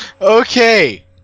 Okay